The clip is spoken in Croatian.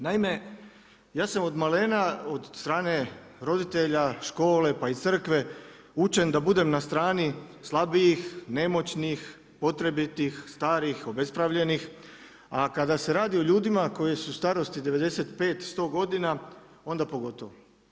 Naime, ja sam od malena, od strane roditelja, škole pa i Crkve učen da budem na strani slabijih, nemoćnih, potrebitih, starih, obespravljenih a kada se radi o ljudima koji su starosti 95, 100 godina, onda pogotovo.